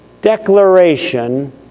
declaration